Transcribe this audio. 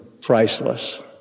priceless